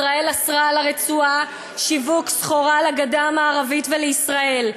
ישראל אסרה על הרצועה שיווק סחורה לגדה המערבית ולישראל,